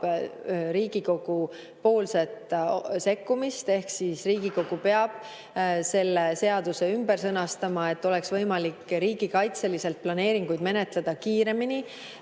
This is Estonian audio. Riigikogu sekkumist. Riigikogu peab selle seaduse ümber sõnastama, et oleks võimalik riigikaitseliselt planeeringuid menetleda kiiremini,